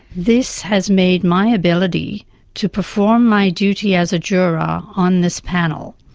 this has made my ability to perform my duty as a juror ah on this panel.